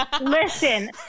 Listen